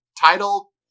title